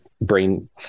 brain